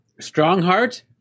Strongheart